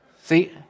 See